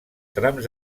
trams